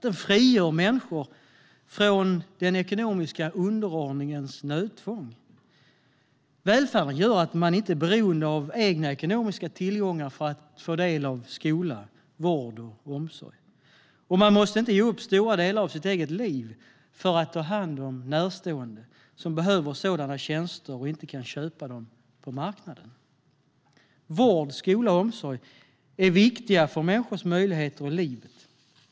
Den frigör människor från den ekonomiska underordningens nödtvång. Välfärden gör att man inte är beroende av egna ekonomiska tillgångar för att få del av skola, vård och omsorg. Och man måste inte ge upp stora delar av sitt eget liv för att ta hand om närstående som behöver sådana tjänster och inte kan köpa dem på marknaden. Vård, skola och omsorg är viktiga för människors möjligheter och liv.